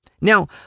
Now